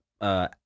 uh-